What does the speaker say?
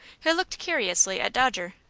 who looked curiously at dodger.